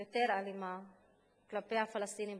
יותר אלימה כלפי הפלסטינים בשטחים,